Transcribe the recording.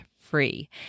free